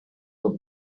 for